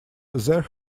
there